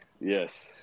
Yes